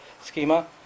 schema